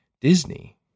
disney